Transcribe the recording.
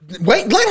wait